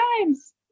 times